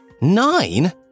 Nine